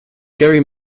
garry